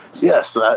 Yes